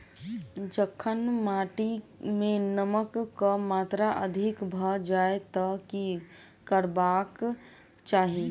जखन माटि मे नमक कऽ मात्रा अधिक भऽ जाय तऽ की करबाक चाहि?